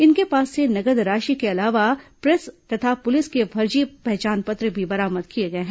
इनके पास से नगद राशि के अलावा प्रेस तथा पुलिस के फर्जी पहचान पत्र भी बरामद किए गए हैं